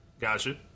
Gotcha